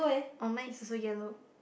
oh mine is also yellow